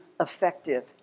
effective